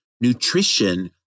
nutrition